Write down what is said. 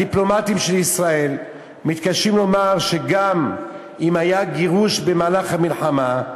הדיפלומטים של ישראל מתקשים לומר שגם אם היה גירוש במהלך המלחמה,